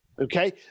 Okay